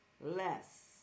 less